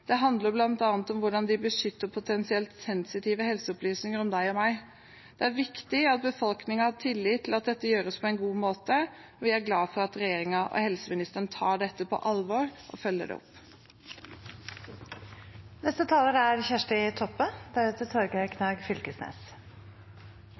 Det handler bl.a. om hvordan de beskytter potensielt sensitive helseopplysninger om deg og meg. Det er viktig at befolkningen har tillit til at dette gjøres på en god måte, og jeg er glad for at regjeringen og helseministeren tar dette på alvor og følger det